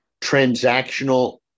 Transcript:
transactional